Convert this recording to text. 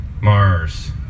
Mars